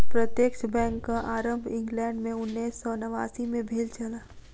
प्रत्यक्ष बैंकक आरम्भ इंग्लैंड मे उन्नैस सौ नवासी मे भेल छल